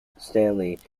designed